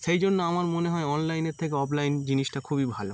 সেই জন্য আমার মনে হয় অনলাইনের থেকে অফলাইন জিনিসটা খুবই ভালো